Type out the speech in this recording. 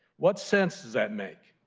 what sense does that make?